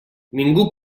ningú